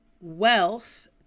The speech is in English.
wealth